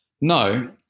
No